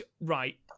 Right